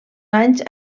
anys